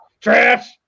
trash